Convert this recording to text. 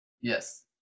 Yes